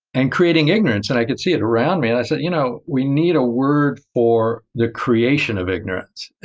and creating ignorance, and i could see it around me. i said you know we need a word for the creation of ignorance.